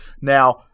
now